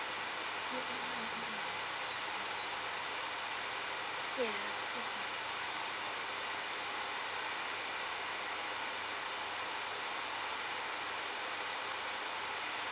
ya